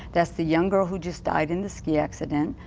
that's the young girl who just died in this ski accident.